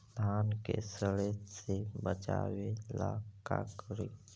धान के सड़े से बचाबे ला का करि?